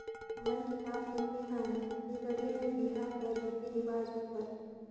हमन किताब लिखे हन छत्तीसगढ़ी में बिहा कर रीति रिवाज उपर